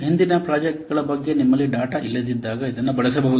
ಹಿಂದಿನ ಪ್ರಾಜೆಕ್ಟ್ಗಳ ಬಗ್ಗೆ ನಿಮ್ಮಲ್ಲಿ ಡೇಟಾ ಇಲ್ಲದಿದ್ದಾಗ ಇದನ್ನು ಬಳಸಬೇಕು